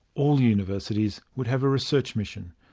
all universities would have a research mission.